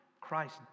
Christ